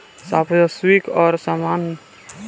संपार्श्विक और जमानत रोजगार का होला?